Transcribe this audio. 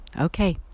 Okay